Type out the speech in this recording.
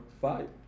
fight